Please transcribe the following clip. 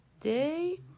day